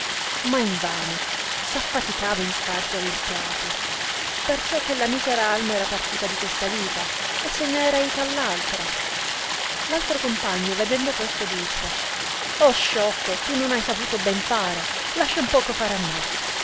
ma in vano s affaticava in sparger il fiato perciò che la misera alma era partita di questa vita e se ne era ita all'altra l altro compagno vedendo questo disse oh sciocco tu non hai saputo ben fare lascia un poco fare a me